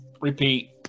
repeat